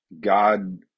God